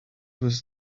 was